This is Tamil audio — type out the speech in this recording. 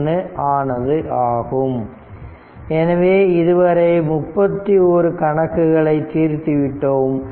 51 ஆனது ஆகும் எனவே இதுவரை 31 கணக்குகளை தீர்த்து விட்டோம்